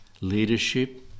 Leadership